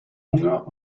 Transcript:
hunger